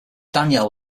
danielle